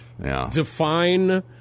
Define